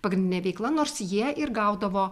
pagrindinė veikla nors jie ir gaudavo